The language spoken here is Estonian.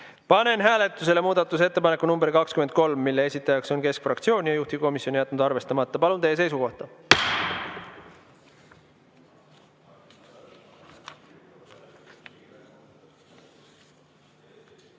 Panen hääletusele muudatusettepaneku nr 20, esitaja on keskfraktsioon, juhtivkomisjon on jätnud arvestamata. Palun teie seisukohta!